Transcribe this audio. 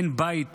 אין בית